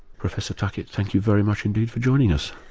professor tuckett, you very much indeed for joining us.